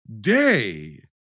day